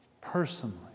personally